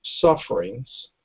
sufferings